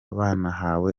banahawe